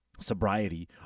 Sobriety